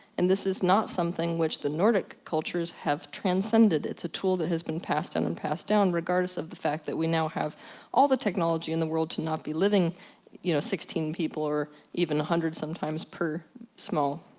and this is not something which the nordic cultures have transcended. it's a tool that has been passed and and passed down, regardless of the fact that we now have all the technology in the world to not be living you know, sixteen people, or even one hundred sometimes per small.